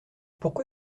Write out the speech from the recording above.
pourquoi